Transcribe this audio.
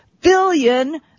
billion